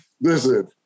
listen